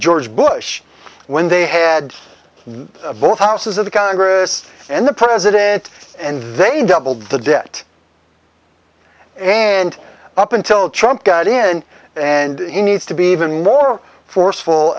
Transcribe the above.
george bush when they had both houses of the congress and the president and they doubled the debt and up until trump got in and needs to be even more forceful